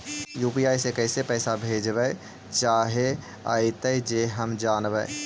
UPI से कैसे पैसा भेजबय चाहें अइतय जे हम जानबय?